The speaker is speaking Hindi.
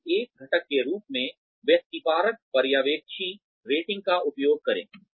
केवल एक घटक के रूप में व्यक्तिपरक पर्यवेक्षी रेटिंग का उपयोग करे